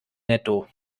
netto